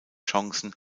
chancen